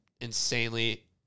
insanely